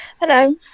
Hello